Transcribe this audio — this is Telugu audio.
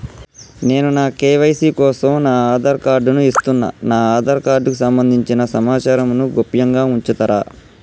నేను నా కే.వై.సీ కోసం నా ఆధార్ కార్డు ను ఇస్తున్నా నా ఆధార్ కార్డుకు సంబంధించిన సమాచారంను గోప్యంగా ఉంచుతరా?